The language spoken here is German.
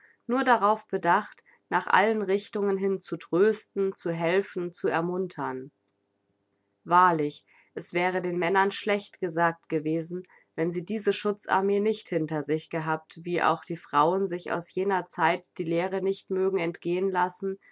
nur darauf bedacht nach allen richtungen hin zu trösten zu helfen zu ermuntern wahrlich es wäre den männern schlecht gesagt gewesen wenn sie diese schutz armee nicht hinter sich gehabt wie auch die frauen sich aus jener zeit die lehre nicht mögen entgehen lassen